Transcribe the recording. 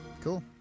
Cool